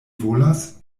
volas